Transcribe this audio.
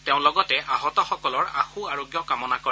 তেওঁ লগতে আহতসকলৰ আশু আৰোগ্য কামনা কৰে